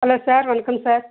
hello sir வணக்கம் sir